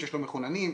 יש לו ילדים מחוננים,